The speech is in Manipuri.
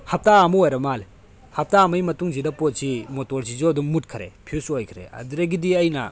ꯍꯞꯇꯥ ꯑꯃꯨꯛ ꯑꯣꯏꯔ ꯃꯥꯜꯂꯦ ꯍꯞꯇꯥ ꯑꯃꯒꯤ ꯃꯇꯨꯡꯁꯤꯗ ꯄꯣꯠꯁꯤ ꯃꯣꯇꯣꯔꯁꯤꯁꯨ ꯑꯗꯨꯝ ꯃꯨꯠꯈ꯭ꯔꯦ ꯐ꯭ꯌꯨꯖ ꯑꯣꯏꯈ꯭ꯔꯦ ꯑꯗꯨꯗꯒꯤꯗꯤ ꯑꯩꯅ